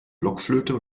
blockflöte